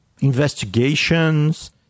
investigations